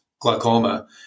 glaucoma